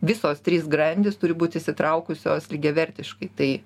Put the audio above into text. visos trys grandys turi būt įsitraukusios lygiavertiškai tai